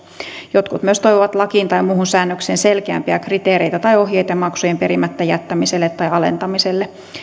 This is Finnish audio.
jotkut myös toivoivat lakiin tai muuhun säännökseen selkeämpiä kriteereitä tai ohjeita maksujen perimättä jättämiselle tai alentamiselle